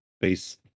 base